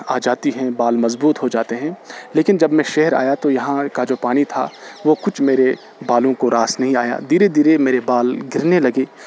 آجاتی ہیں بال مضبوط ہوجاتے ہیں لیکن جب میں شہر آیا تو یہاں کا جو پانی تھا وہ کچھ میرے بالوں کو راس نہیں آیا دھیرے دھیرے میرے بال گرنے لگے